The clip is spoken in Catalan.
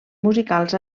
musicals